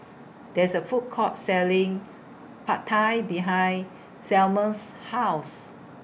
There IS A Food Court Selling Pad Thai behind Selmer's House